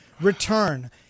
return